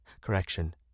Correction